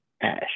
Ash